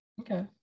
Okay